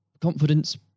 confidence